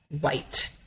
white